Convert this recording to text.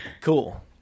Cool